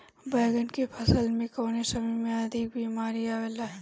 बैगन के फसल में कवने समय में अधिक बीमारी आवेला?